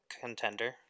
contender